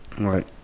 Right